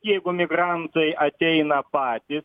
jeigu migrantai ateina patį